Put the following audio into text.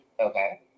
Okay